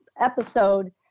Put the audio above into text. episode